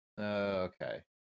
Okay